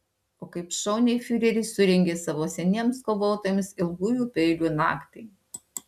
o kaip šauniai fiureris surengė savo seniems kovotojams ilgųjų peilių naktį